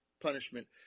punishment